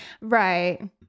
Right